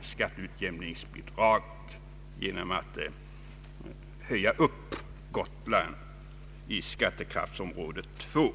skatteutjämningsbidraget genom att Gotland höjs upp till skatteklassområde 2.